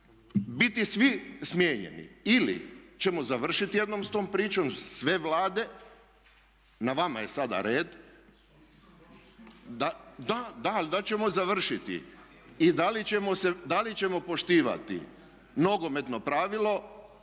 biti svi smijenjeni. Ili ćemo završiti jednom sa tom pričom sve Vlade, na vama je sada red. Da, da, ali da li ćemo završiti i da li ćemo poštivati nogometno pravilo,